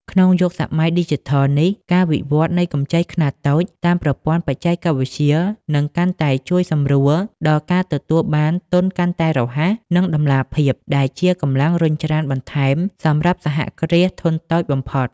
ក្នុងយុគសម័យឌីជីថលនេះ ការវិវត្តនៃកម្ចីខ្នាតតូចតាមប្រព័ន្ធបច្ចេកវិទ្យា នឹងកាន់តែជួយសម្រួលដល់ការទទួលបានទុនកាន់តែរហ័ស និងតម្លាភាព ដែលជាកម្លាំងរុញច្រានបន្ថែមសម្រាប់សហគ្រាសធុនតូចបំផុត។